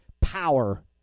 power